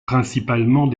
principalement